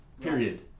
period